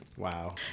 Wow